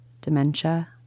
dementia